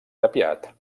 tapiat